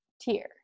tier